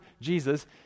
Jesus